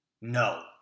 No